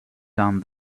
done